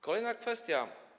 Kolejna kwestia.